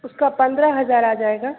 उसका पंद्रह हज़ार आ जाएगा